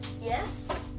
Yes